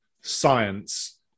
science